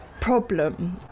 problem